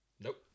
Nope